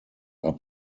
are